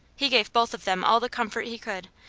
he gave both of them all the comfort he could,